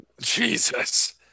Jesus